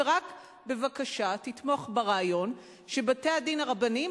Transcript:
ורק בבקשה תתמוך ברעיון שבתי-הדין הרבניים